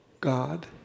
God